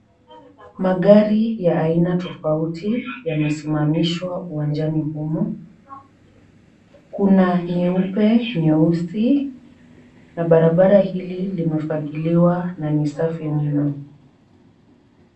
Magari ya aina tofauti yamesimamishwa uwanjani humo. Kuna nyeupe, nyeusi na barabara hili limefagiliwa na ni safi mno.